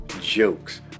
jokes